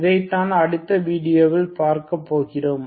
இதைத்தான் அடுத்த வீடியோவில் பார்க்க போகிறோம்